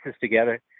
together